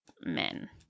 men